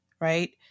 right